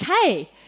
okay